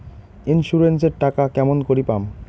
Insurance এর টাকা কেমন করি পাম?